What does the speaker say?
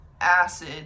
acid